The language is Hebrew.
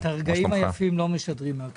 את הרגעים היפים לא משדרים מן הכנסת.